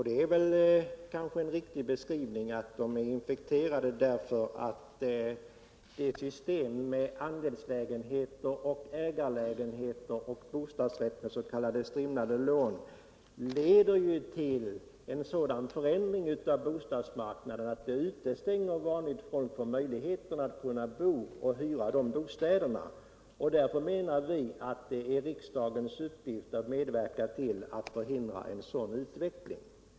Det är kanske en riktig beskrivning, eftersom systemen med andelslägenheter, ägarlägenheter, bostadsrätter med strimlade lån leder till en sådan förändring av bostadsmarknaden att det utestänger vanligt folk från möjligheterna att kunna hyra och bo i de bostäderna. Därför menar vi att det är riksdagens uppgift utt medverka till att förhindra en sådan utveckling.